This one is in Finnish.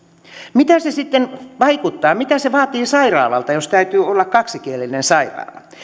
mitä se sitten vaikuttaa mitä se vaatii sairaalalta jos täytyy olla kaksikielinen sairaala